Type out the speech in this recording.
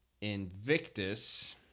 Invictus